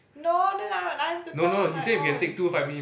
no then I then I have to talk on my own